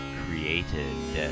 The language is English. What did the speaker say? created